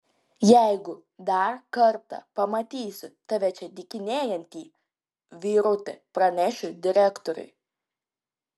jeigu dar kartą pamatysiu tave čia dykinėjantį vyruti pranešiu direktoriui